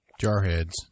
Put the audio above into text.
Jarheads